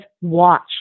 watch